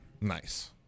Nice